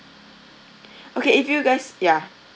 okay if you guys ya